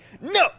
no